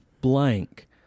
blank